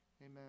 Amen